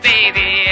Baby